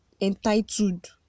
entitled